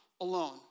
alone